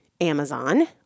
Amazon